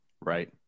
Right